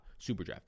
SuperDraft